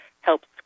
helps